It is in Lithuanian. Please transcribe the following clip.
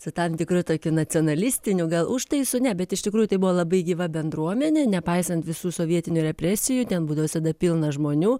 su tam tikru tokiu nacionalistiniu gal užtaisu ne bet iš tikrųjų tai buvo labai gyva bendruomenė nepaisant visų sovietinių represijų ten būdavo visada pilna žmonių